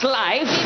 life